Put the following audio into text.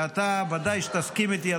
ואתה ודאי תסכים איתי,